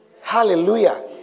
Hallelujah